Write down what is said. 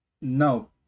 No